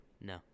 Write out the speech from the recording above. no